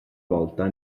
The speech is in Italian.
volta